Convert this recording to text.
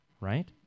right